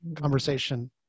conversation